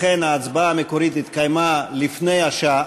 לכן, ההצבעה המקורית התקיימה לפני השעה